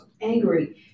angry